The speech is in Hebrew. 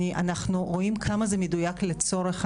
אנחנו רואים כמה זה מדויק לצורך,